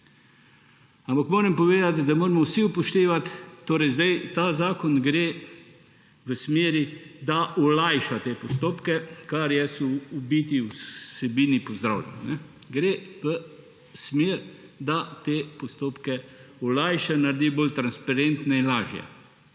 Ampak moram povedati, da moramo vsi upoštevati – torej zdaj ta zakon gre v smeri, da olajša te postopke, kar v biti vsebine pozdravljam. Gre v smer, da te postopke olajša, naredi bolj transparentne in lažje.